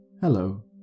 Hello